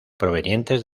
provenientes